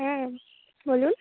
হ্যাঁ বলুন